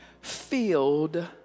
filled